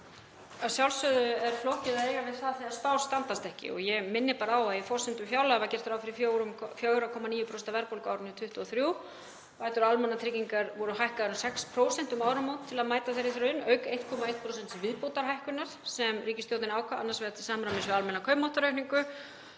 sjálfsögðu er flókið að eiga við það þegar spár standast ekki. Ég minni bara á að í forsendum fjárlaga var gert ráð fyrir 4,9% verðbólgu á árinu 2023. Bætur almannatrygginga voru hækkaðir um 6% um áramót til að mæta þeirri þróun, auk 1,1% viðbótarhækkunar sem ríkisstjórnin ákvað annars vegar til samræmis við almenna kaupmáttaraukningu